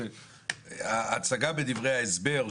ההצגה בדברי ההסבר,